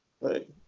Right